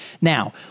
Now